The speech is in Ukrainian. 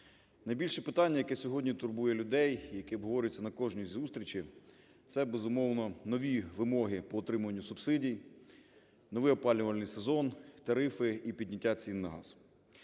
Найбільше питання, яке сьогодні турбує людей і яке обговорюється на кожній зустрічі, - це, безумовно, нові вимоги по отримуванню субсидій, новий опалювальний сезон, тарифи і підняття цін на газ.